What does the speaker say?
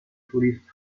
توریست